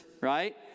Right